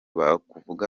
bakivuga